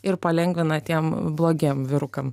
ir palengvina tiem blogiem vyrukam